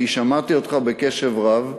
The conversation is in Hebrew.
כי שמעתי אותך בקשב רב.